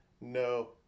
No